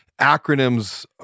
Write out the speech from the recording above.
acronyms